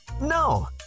No